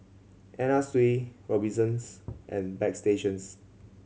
Anna Sui Robinsons and Bagstationz